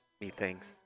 methinks